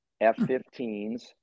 F-15s